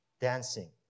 Dancing